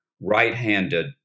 right-handed